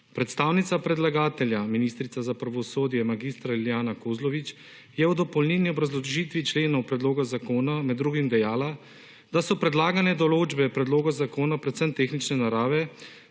Predstavnica predlagatelja ministrica za pravosodje mag. Lilijana Kozlovič je v dopolnilni obrazložitvi členov predloga zakona med drugim dejala, da so predlagane določbe predlogov zakona predvsem tehnične narave,